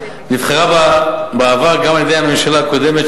נבחרה בעבר גם על-ידי הממשלה הקודמת,